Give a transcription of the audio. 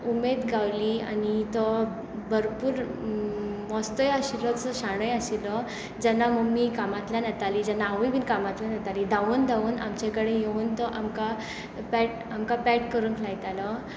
उमेद गावल्ली आनी तो भरपूर मस्तोय आशिल्लो तसोच शाणोय आशिल्लो जेन्ना मम्मी कामातल्यान येताली आनी हांवूंय बी कामातल्यान येतालें धांवून धांवून आमचे कडेन येवन तो आमकां पेट आमकां पेट करूंक लायतालो